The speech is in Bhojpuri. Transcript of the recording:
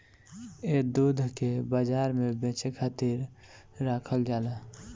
ए दूध के बाजार में बेचे खातिर राखल जाला